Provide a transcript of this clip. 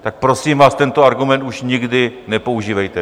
Tak prosím vás, tento argument už nikdy nepoužívejte.